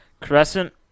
Crescent